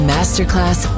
Masterclass